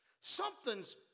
Something's